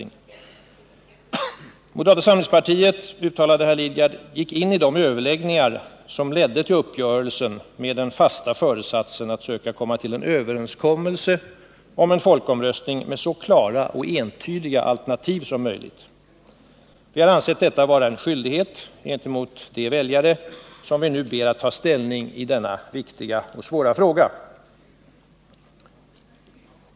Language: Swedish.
Herr Lidgard uttalade: ”Moderata samlingspartiet gick in i de överläggningar som ledde till denna uppgörelse med den fasta föresatsen att söka komma fram till en överenskommelse om en folkomröstning med så klara och entydiga alternativ som möjligt. Vi har ansett detta vara en skyldighet gentemot de väljare vi nu ber att ta ställning i denna viktiga och svåra fråga.